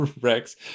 Rex